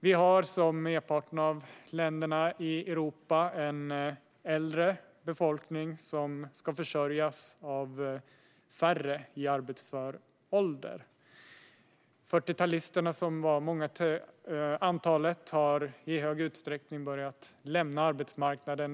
Vi har, liksom merparten av länderna i Europa, en äldre befolkning som ska försörjas av färre i arbetsför ålder. 40-talisterna, som var många till antalet, har i stor utsträckning börjat lämna arbetsmarknaden.